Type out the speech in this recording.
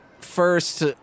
First